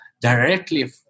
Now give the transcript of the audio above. directly